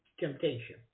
temptation